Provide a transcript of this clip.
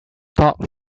talk